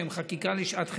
שהם חקיקה לשעת חירום,